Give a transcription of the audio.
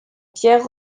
pierres